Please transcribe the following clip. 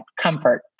comfort